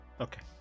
Okay